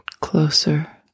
closer